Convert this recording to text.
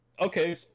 okay